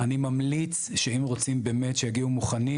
אני ממליץ שאם רוצים באמת שיגיעו מוכנים,